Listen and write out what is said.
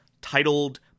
titled